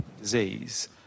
disease